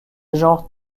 genre